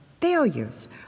failures